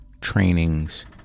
trainings